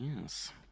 Yes